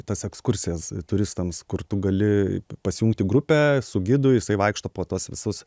tas ekskursijas turistams kur tu gali pasijungt į grupę su gidu jisai vaikšto po tuos visus